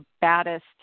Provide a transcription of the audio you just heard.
baddest